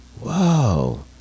Whoa